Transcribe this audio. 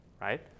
right